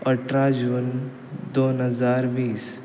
अठरा जून दोन हजार वीस